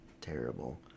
terrible